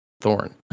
thorn